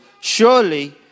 Surely